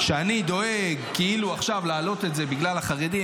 שאני דואג כאילו להעלות את זה עכשיו בגלל החרדים,